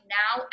now